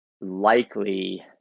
likely